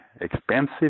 expensive